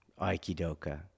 Aikidoka